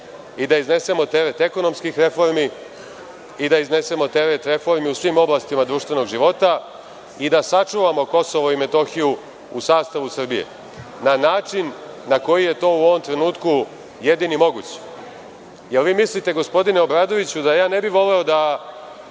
i da iznesemo teret ekonomskih reformi, i da iznesemo teret reformi u svim oblastima društvenog života, i da sačuvamo KiM u sastavu Srbije na način na koji je to u ovom trenutku jedini moguć. Da li vi mislite, gospodine Obradoviću, da ja ne bih voleo da